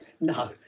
no